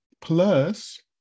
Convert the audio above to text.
Plus